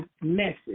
message